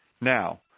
now